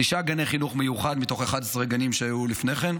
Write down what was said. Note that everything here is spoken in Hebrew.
תשעה גני חינוך מיוחד מתוך 11 גנים שהיו לפני כן,